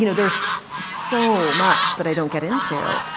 you know there's so much that i don't get into.